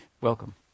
Welcome